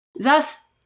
Thus